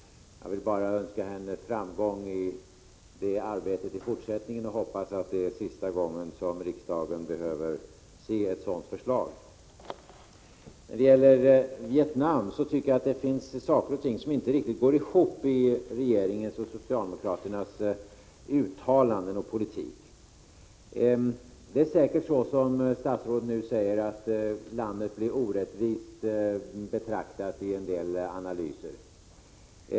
Jag vill bara önska henne framgång i det arbetet i fortsättningen och hoppas att det är sista gången som riksdagen behöver se ett sådant förslag. När det gäller Vietnam tycker jag att det finns saker och ting som inte riktigt gårihopiregeringens och socialdemokraternas uttalanden och politik. Det är säkert så som statsrådet nu säger, att landet blir orättvist betraktat i en del analyser.